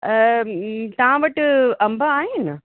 तव्हां वटि अंब आहिनि